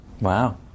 Wow